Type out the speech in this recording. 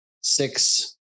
six